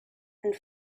and